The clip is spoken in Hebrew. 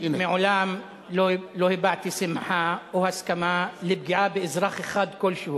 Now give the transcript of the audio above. מעולם לא הבעתי שמחה או הסכמה לפגיעה באזרח אחד כלשהו,